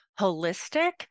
holistic